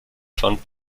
fand